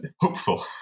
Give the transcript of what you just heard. hopeful